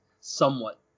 somewhat